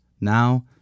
now